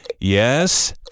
Yes